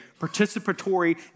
participatory